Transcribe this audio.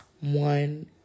one